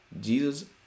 Jesus